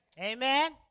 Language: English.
Amen